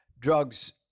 drugs